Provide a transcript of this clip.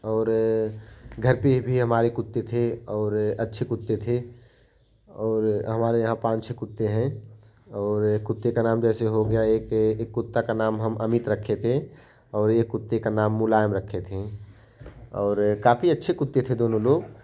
और घर पर भी हमारे कुत्ते थे और अच्छे कुत्ते थे और हमारे यहाँ पाँच छः कुत्ते हैं और कुत्ते का नाम जैसे हो गया एक एक कुत्ता का नाम हम अमित रखे थे और एक कुत्ते का नाम मुलायम रखे थे और काफ़ी अच्छे कुत्ते थे दोनों लोग